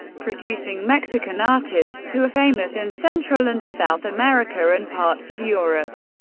producing mexican artists who are famous in central and south america and parts of europe,